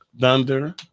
Thunder